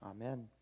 Amen